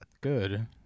Good